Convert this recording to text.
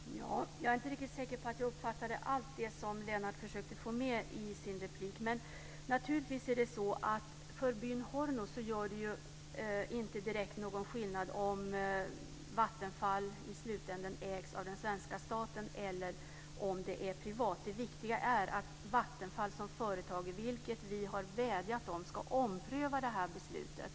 Fru talman! Jag är inte riktigt säker på att jag uppfattade allt det som Lennart försökte få med i sin replik. Men naturligtvis gör det inte för byn Horno någon direkt skillnad om Vattenfall i slutändan ägs av den svenska staten eller om det är privat. Det viktiga är att Vattenfall som företag, vilket vi har vädjat om, ska ompröva beslutet.